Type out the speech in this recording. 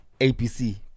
APC